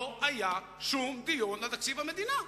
לא היה שום דיון על תקציב המדינה.